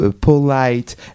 polite